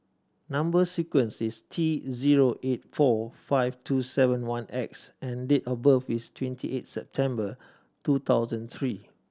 number sequence is T zero eight four five two seven one X and date of birth is twenty eight September two thousand three